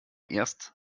erst